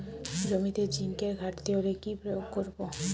জমিতে জিঙ্কের ঘাটতি হলে কি প্রয়োগ করব?